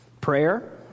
Prayer